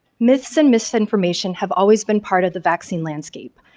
myths and misinformation have always been part of the vaccine landscape,